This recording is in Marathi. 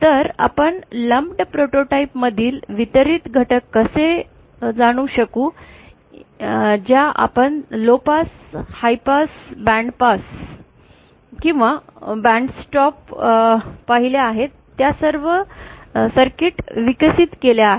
तर आपण या लम्प प्रोटोटाइप मधील वितरित घटक कसे जाणू शकू ज्या आपण low pass high pass band pass किंवा बँड स्टॉप पाहिल्या आहेत त्या सर्व सर्किट विकसित केल्या आहेत